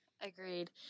agreed